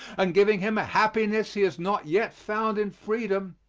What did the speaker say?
and giving him a happiness he has not yet found in freedom,